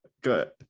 good